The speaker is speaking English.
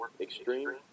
extreme